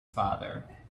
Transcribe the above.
father